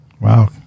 Wow